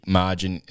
margin